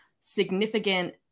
significant